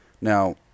Now